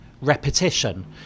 repetition